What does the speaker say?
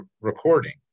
recording